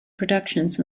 productions